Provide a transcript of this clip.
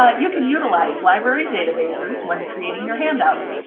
ah you could utilize library databases when creating your handouts.